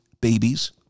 babies